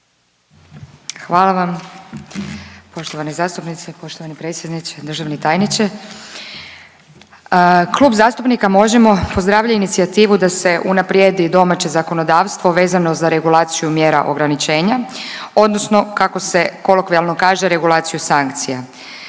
Hvala vam. Poštovani zastupnici, poštovani predsjedniče, državni tajniče. Klub zastupnika Možemo pozdravlja inicijativu da se unaprijedi domaće zakonodavstvo vezano za regulaciju mjera ograničenja odnosno kako se kolokvijalno kaže regulaciju sankcija.